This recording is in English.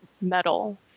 metal